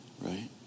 Right